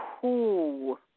cool